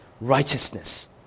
righteousness